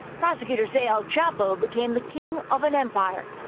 prosecutors say el chapo became the king of an empire.